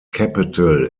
capital